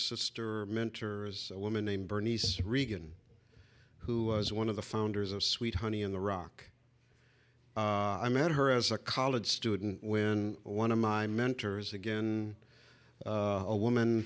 sister mentor as a woman named bernice reagan who was one of the founders of sweet honey in the rock i met her as a college student when one of my mentors again a woman